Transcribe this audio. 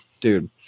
dude